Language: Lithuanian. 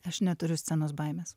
aš neturiu scenos baimės